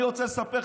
אני רוצה לספר,